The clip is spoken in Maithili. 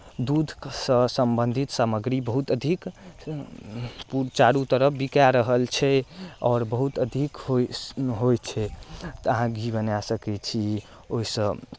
दूधके सँ सम्बन्धित सामग्री बहुत अधिक पु चारू तरफ बिकाए रहल छै आओर बहुत अधिक होइत होइत छै तऽ अहाँ घी बनाए सकै छी ओहिसँ